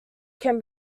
can